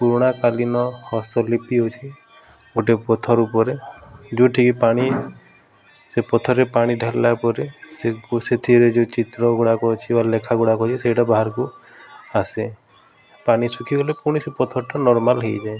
ପୁରୁଣା କାଳୀନ ହସ୍ତଲିପି ଅଛି ଗୋଟେ ପଥର ଉପରେ ଯେଉଁଠି କି ପାଣି ସେ ପଥରରେ ପାଣି ଢାଳିଲା ପରେ ସେଥିରେ ଯେଉଁ ଚିତ୍ରଗୁଡ଼ାକ ଅଛି ବା ଲେଖାଗୁଡ଼ାକ ଅଛି ସେଇଟା ବାହାରକୁ ଆସେ ପାଣି ଶୁଖିଗଲେ ପୁଣି ସେ ପଥରଟା ନର୍ମାଲ୍ ହେଇଯାଏ